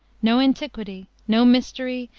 no antiquity, no mystery,